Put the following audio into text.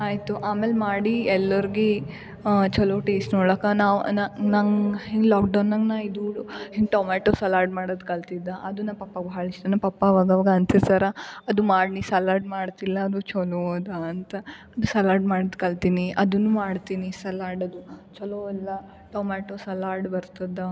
ಆಯಿತು ಆಮೇಲೆ ಮಾಡಿ ಎಲ್ಲರ್ಗು ಚಲೋ ಟೇಸ್ಟ್ ನೋಡ್ಲಾಕೆ ನಾವು ನಂಗೆ ಇನ್ನು ಲಾಕ್ಡೌನಂಗೆ ನಾ ಇದು ಹಿಂಗೆ ಟೊಮಾಟೊ ಸಲಾಡ್ ಮಾಡೋದ್ ಕಲ್ತಿದ್ದೆ ಅದುನ್ನ ಪಪ್ಪ ಭಾಳ್ ಇಷ್ಟನ ಪಪ್ಪ ಆವಾಗಾವಾಗ ಅಂತಿರ್ತಾರೆ ಅದು ಮಾಡ್ನಿ ಸಲಾಡ್ ಮಾಡ್ತಿಲ್ಲ ಅನ್ನು ಚಲೋ ಅದಾ ಅಂತಾ ಇದು ಸಲಾಡ್ ಮಾಡೋದ್ ಕಲ್ತಿನಿ ಅದುನ್ನ ಮಾಡ್ತೀನಿ ಸಲಾಡ್ ಅದು ಚಲೋ ಎಲ್ಲ ಟೊಮ್ಯಾಟೋ ಸಲಾಡ್ ಬರ್ತದೆ